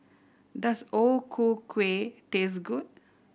does O Ku Kueh taste good